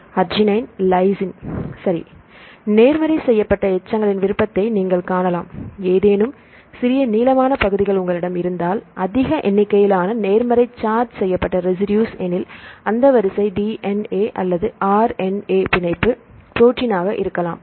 arginine lysine சரி நேர்மறை charge செய்யப்பட்ட எச்சங்களின் விருப்பத்தை நீங்கள் காணலாம் ஏதேனும் சிறிய நீளமான பகுதிகள் உங்களிடம் இருந்தால் அதிக எண்ணிக்கையிலான நேர்மறை சார்ஜ் செய்யப்பட்ட ரஸிடுஸ் எனில் அந்த வரிசை டிஎன்ஏ அல்லது ஆர் என் ஏ பிணைப்பு புரோட்டின் ஆக இருக்கலாம்